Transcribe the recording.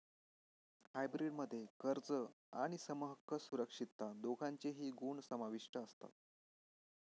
hybrid मध्ये कर्ज आणि समहक्क सुरक्षितता दोघांचेही गुण समाविष्ट असतात